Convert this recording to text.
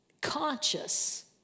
conscious